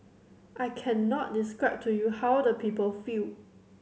I cannot describe to you how the people feel